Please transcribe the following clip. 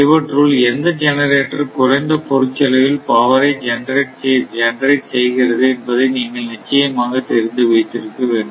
இவற்றுள் எந்த ஜெனரேட்டர் குறைந்த பொருட்செலவில் பவரை ஜெனரல் செய்கிறது என்பதை நீங்கள் நிச்சயமாக தெரிந்து வைத்திருக்க வேண்டும்